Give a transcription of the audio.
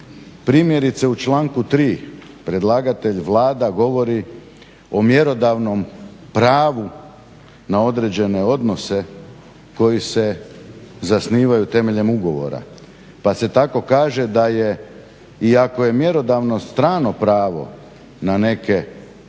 primjerice u članku 3. predlagatelj Vlada govori o mjerodavnom pravu na određene odnose koji se zasnivaju temeljem ugovora pa se tako kaže da je iako je mjerodavno strano pravo na neke ugovore